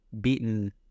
beaten